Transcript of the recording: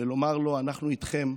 ולומר לו: אנחנו איתכם.